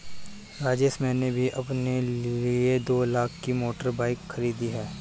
राजेश मैंने भी अपने लिए दो लाख की मोटर बाइक खरीदी है